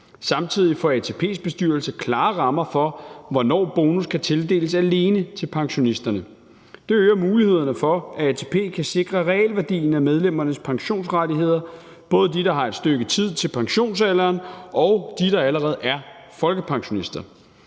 Samtidig får ATP's bestyrelse klare rammer for, hvornår bonus kan tildeles alene til pensionisterne. Det øger mulighederne for, at ATP kan sikre realværdien af medlemmernes pensionsrettigheder, både de, der har et stykke tid til pensionsalderen, og de, der allerede er folkepensionister.